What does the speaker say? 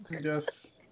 Yes